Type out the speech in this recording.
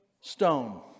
stone